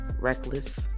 reckless